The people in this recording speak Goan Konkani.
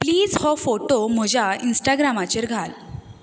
प्लीज हो फोटो म्हज्या इन्स्टाग्रामाचेर घाल